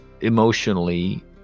emotionally